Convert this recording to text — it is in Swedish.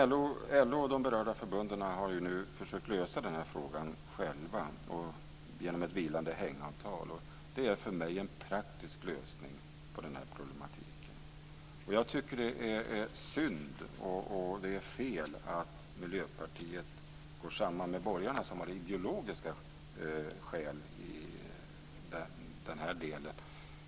LO och de berörda förbunden har nu försökt att lösa den här frågan själva genom ett vilande hängavtal. Det är för mig en praktisk lösning på den här problematiken. Jag tycker att det är synd, och det är fel, att Miljöpartiet går samman med borgarna. De har ideologiska skäl i den här delen.